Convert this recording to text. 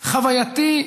חווייתי,